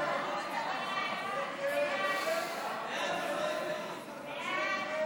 בהחלטות מינהליות של רשויות ישראליות